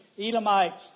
Elamites